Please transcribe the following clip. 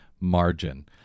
margin